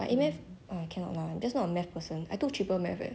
I A math uh cannot lah just not a math person I took triple math eh